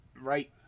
Right